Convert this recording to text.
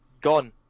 gone